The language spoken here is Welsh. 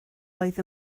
oedd